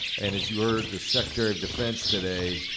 and as you heard, the secretary of defense today,